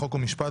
חוק ומשפט,